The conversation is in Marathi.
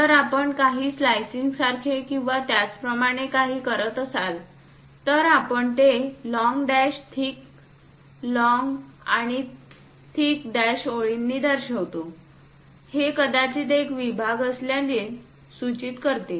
जर आपण काही स्लाईसिंग सारखे किंवा त्याप्रमाणे काही करत असाल तर आपण ते लॉंग डॅश थिक लॉंग आणि थिक डॅश ओळींनी दर्शवितो हे कदाचित एक विभाग असल्याचे सूचित करते